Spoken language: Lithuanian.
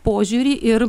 požiūrį ir